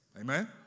Amen